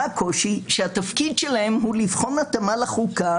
הקושי הוא שהתפקיד שלהם הוא לבחון התאמה לחוקה